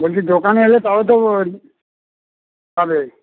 বলছি দোকানে এলে তবে তো এ